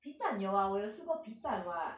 皮蛋有 [what] 我有吃过皮蛋 [what]